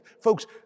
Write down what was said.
Folks